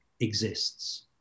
exists